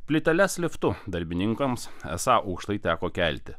plyteles liftu darbininkams esą aukštai teko kelti